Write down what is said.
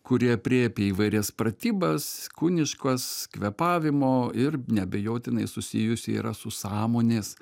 kuri aprėpia įvairias pratybas kūniškas kvėpavimo ir neabejotinai susijusi yra su sąmonės